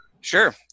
Sure